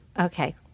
Okay